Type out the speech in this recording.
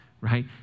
right